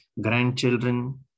grandchildren